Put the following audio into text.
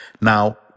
Now